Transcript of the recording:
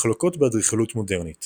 מחלוקות באדריכלות מודרנית